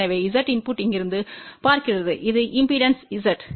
எனவே Z input இங்கிருந்து பார்க்கிறது இது இம்பெடன்ஸ் Z